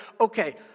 okay